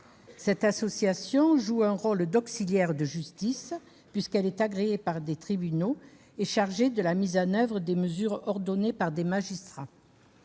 Cette association joue un rôle d'auxiliaire de justice puisqu'elle est agréée par des tribunaux et chargée de la mise en oeuvre de mesures ordonnées par des magistrats.